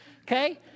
Okay